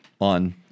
on